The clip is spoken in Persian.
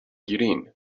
گرین